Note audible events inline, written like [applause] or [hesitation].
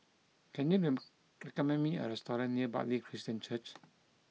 can you [hesitation] recommend me a restaurant near Bartley Christian Church